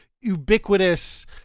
ubiquitous